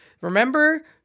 Remember